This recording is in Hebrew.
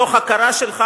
מתוך הכרה שלך,